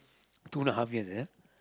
two and a half years is it